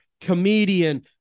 comedian